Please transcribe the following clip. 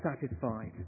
satisfied